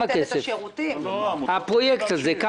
עולה הפרויקט הזה?